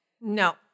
No